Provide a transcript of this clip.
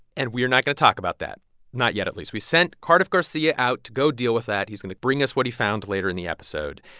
and we're not going to talk about that not yet, at least. we sent cardiff garcia out to go deal with that. he's going to bring us what he found later in the episode.